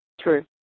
True